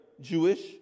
Jewish